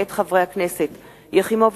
מאת חברי הכנסת שלי יחימוביץ,